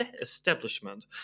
establishment